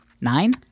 Nine